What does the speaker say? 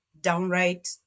downright